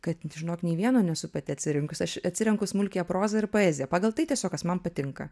kad žinok nei vieno nesu pati atsirinks aš atsirenku smulkiąją prozą ir poeziją pagal tai tiesiog kas man patinka